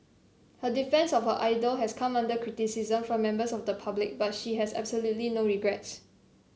her defence of her idol has come under criticism from members of the public but she has absolutely no regrets